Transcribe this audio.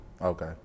Okay